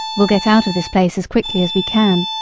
we'll get out of this place as quickly as we can,